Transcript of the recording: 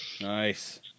Nice